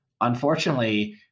unfortunately